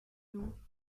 nous